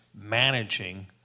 managing